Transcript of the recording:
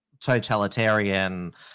totalitarian –